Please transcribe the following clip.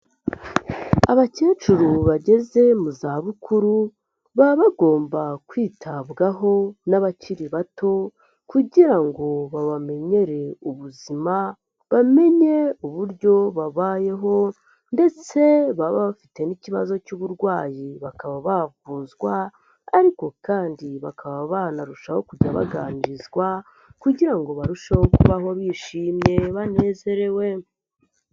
Abakecuru bageze mu za bukuru, baba bagomba kwitabwaho n'abakiri bato kugira ngo babamenyere ubuzima, bamenye uburyo babayeho ndetse baba bafite n'ikibazo cy'uburwayi, bakaba bavuzwa ariko kandi bakaba banarushaho kujya baganirizwa kugira ngo barusheho kubaho bishimye, banezerewe.